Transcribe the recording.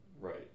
Right